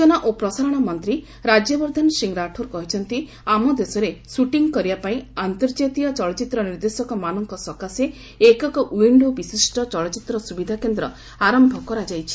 ସୂଚନା ଓ ପ୍ରସାରଣ ମନ୍ତ୍ରୀ ରାଜ୍ୟବର୍ଦ୍ଧନ ରାଠୋର୍ କହିଛନ୍ତି ଆମ ଦେଶରେ ସୁଟିଂ କରିବାପାଇଁ ଅନ୍ତର୍କାତୀୟ ଚଳଚ୍ଚିତ୍ର ନିର୍ଦ୍ଦେଶକମାନଙ୍କ ସକାଶେ ଏକକ ୱିଶ୍ଡୋ ବିଶିଷ୍ଟ ଚଳଚ୍ଚିତ୍ର ସୁବିଧା କେନ୍ଦ୍ର ଆରମ୍ଭ କରାଯାଇଛି